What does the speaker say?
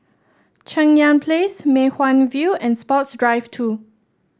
Cheng Yan Place Mei Hwan View and Sports Drive Two